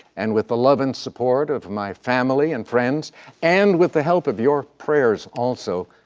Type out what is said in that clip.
and with the love and support of my family and friends and with the help of your prayers also,